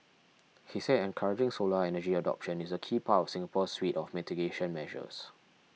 he said encouraging solar energy adoption is a key part of Singapore's suite of mitigation measures